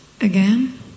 again